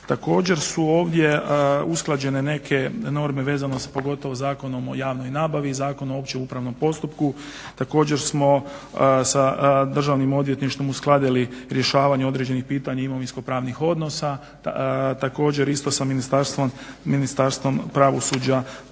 Također su ovdje usklađene neke norme vezano pogotovo sa Zakonom o javnoj nabavi i Zakona o općem upravnom postupku. Također smo sa Državnim odvjetništvom uskladili rješavanje određenih pitanja imovinsko-pravnih odnosa. Također isto sa Ministarstvom pravosuđa